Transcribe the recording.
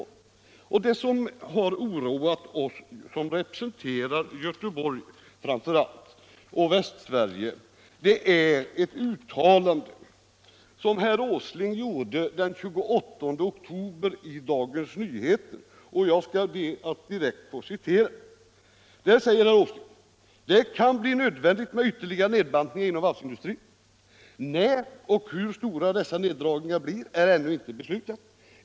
Det som 16 november 1976 har oroat oss som representerar framför allt Göteborg och Västsverige = i Övrigt, är ett uttalande av herr Åsling som återgavs i Dagens Nyheter Om varvsindustrins den 28 oktober. Jag skall be att direkt få citera vad som stod i Dagens problem Nyheter: ”Det kan bli nödvändigt med ytterligare nedbantningar inom varvsindustrin. ——-— När och hur stora dessa neddragningar blir är ännu inte beslutat.